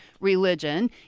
religion